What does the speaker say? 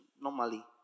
normally